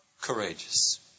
courageous